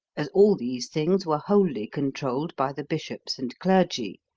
as all these things were wholly controlled by the bishops and clergy,